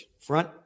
front